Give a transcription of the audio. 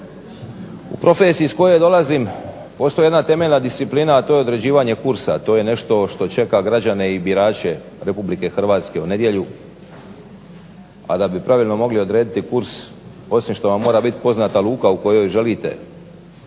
U profesiji iz koje dolazim postoji jedna temeljna disciplina, a to je određivanje kursa, to je nešto što čeka građane i birače RH u nedjelju. A da bi pravilno mogli odrediti kurs osim što vam mora biti poznata luka u koju želite